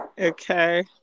Okay